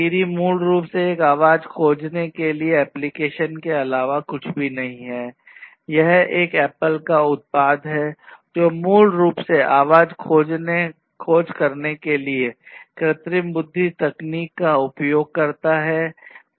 सिरी मूल रूप से एक आवाज खोजने के लिए एप्लीकेशन के अलावा कुछ भी नहीं है यह एक Apple उत्पाद है जो मूल रूप से आवाज खोज करने के लिए कृत्रिम बुद्धि तकनीक का उपयोग करता है